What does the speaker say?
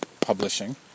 publishing